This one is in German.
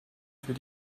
für